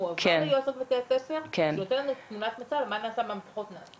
שמועבר ליועצות בתי הספר שנותן לנו תמונת מצב על מה נעשה ומה פחות נעשה.